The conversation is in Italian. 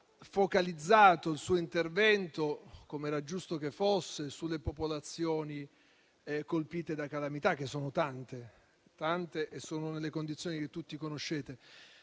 focalizzato il suo intervento - com'era giusto che fosse - sulle popolazioni colpite dalle calamità, che sono tante e versano nelle condizioni che tutti conoscete.